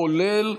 כולל,